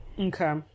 Okay